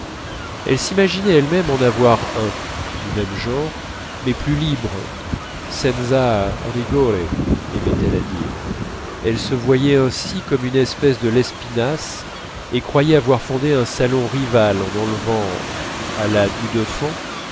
elle s'imaginait elle-même en avoir un du même genre mais plus libre senza rigore aimait-elle à dire elle se voyait ainsi comme une espèce de lespinasse et croyait avoir fondé un salon rival en enlevant à la du deffant